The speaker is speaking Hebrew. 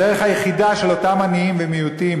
הדרך היחידה של אותם עניים ומיעוטים